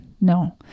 No